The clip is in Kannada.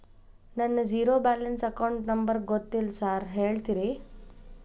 ನನ್ನ ಜೇರೋ ಬ್ಯಾಲೆನ್ಸ್ ಅಕೌಂಟ್ ನಂಬರ್ ಗೊತ್ತಿಲ್ಲ ಸಾರ್ ಹೇಳ್ತೇರಿ?